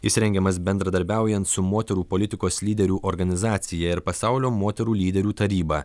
jis rengiamas bendradarbiaujant su moterų politikos lyderių organizacija ir pasaulio moterų lyderių taryba